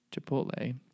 Chipotle